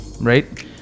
right